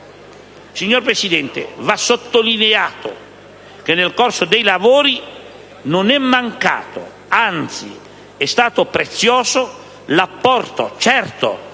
Signor Presidente, va sottolineato che nel corso dei lavori non è mancato, anzi è stato prezioso, l'apporto - certo